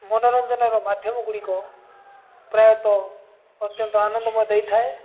ମନୋରଞ୍ଜନର ମାଧ୍ୟମ ଗୁଡ଼ିକ ପ୍ରାୟତଃ ଅତ୍ୟନ୍ତ ଆନନ୍ଦମୟ ଦେଇଥାଏ